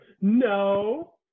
No